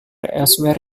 elsewhere